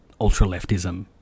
ultra-leftism